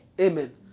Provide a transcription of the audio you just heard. Amen